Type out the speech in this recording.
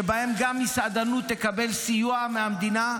שבהם גם מסעדנות תקבל סיוע מהמדינה.